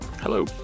Hello